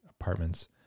apartments